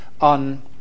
on